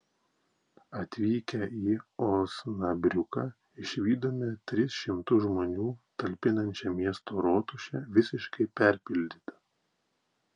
atvykę į osnabriuką išvydome tris šimtus žmonių talpinančią miesto rotušę visiškai perpildytą